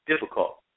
difficult